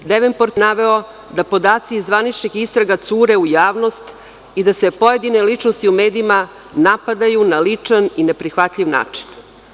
Devenport je naveo da podaci iz zvaničnih istraga cure u javnost i da se pojedine ličnosti u medijima napadaju na ličan i neprihvatljiv način.